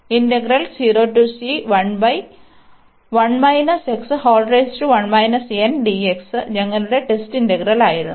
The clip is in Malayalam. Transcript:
അതിനാൽ ഞങ്ങളുടെ ടെസ്റ്റ് ഇന്റഗ്രൽ ആയിരുന്നു